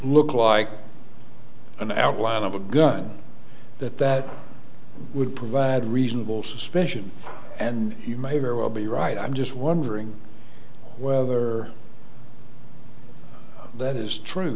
look like an outline of a gun that that would provide reasonable suspicion and you may very well be right i'm just wondering whether that is